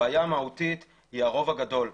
הבעיה המהותית היא הרוב הגדול,